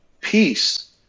peace